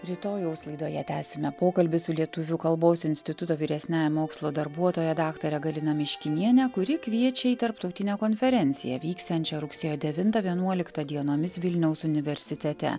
rytojaus laidoje tęsime pokalbį su lietuvių kalbos instituto vyresniaja mokslo darbuotoja daktare galina miškiniene kuri kviečia į tarptautinę konferenciją vyksiančią rugsėjo devintą vienuoliktą dienomis vilniaus universitete